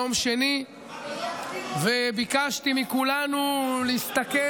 הייתי כאן ביום שני וביקשתי מכולנו להסתכל,